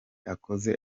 akoze